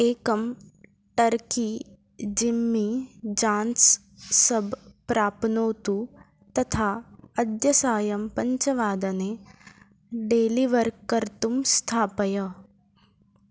एकं turkey Jimmy John's sub प्राप्नोतु तथा अद्य सायं पञ्चवादने डेलिवर् कर्तुं स्थापय